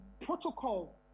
protocol